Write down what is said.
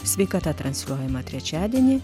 sveikata transliuojama trečiadienį